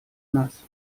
nass